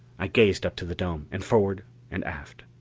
i gazed up to the dome, and forward and aft.